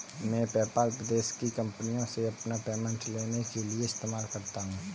मैं पेपाल विदेश की कंपनीयों से अपना पेमेंट लेने के लिए इस्तेमाल करता हूँ